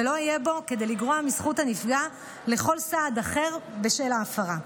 ולא יהיה בו כדי לגרוע מזכות הנפגע לכל סעד אחר בשל ההפרה.